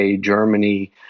Germany